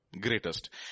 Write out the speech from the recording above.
greatest